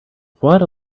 what